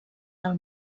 del